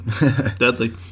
Deadly